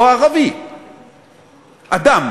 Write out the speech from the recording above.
או ערבי, אדם,